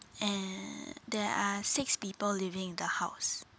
and there are six people living in the house